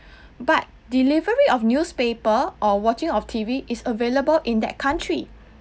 but delivery of newspaper or watching of T_V is available in that country